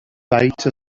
beta